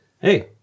hey